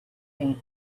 faint